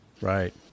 Right